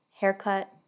haircut